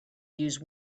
use